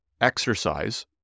exercise